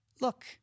look